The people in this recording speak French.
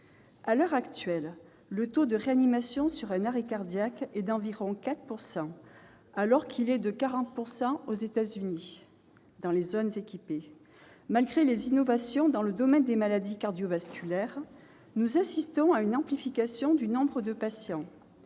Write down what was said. À l'heure actuelle, le taux de réanimation sur un arrêt cardiaque est d'environ 4 %, alors qu'il est de 40 % aux États-Unis, dans les zones équipées. Malgré les innovations dans le domaine des maladies cardio-vasculaires, nous assistons à une amplification du nombre de patients.